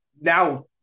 Now